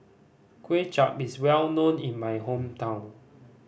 Kway Chap is well known in my hometown